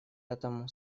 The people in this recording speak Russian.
этом